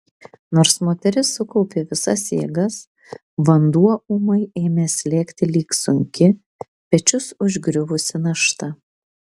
nors moteris sukaupė visas jėgas vanduo ūmai ėmė slėgti lyg sunki pečius užgriuvusi našta